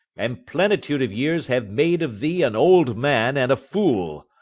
and plentitude of years have made of thee an old man and a fool.